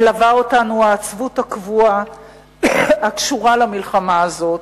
מלווה אותנו העצבות הקבועה הקשורה למלחמה הזאת.